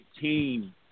team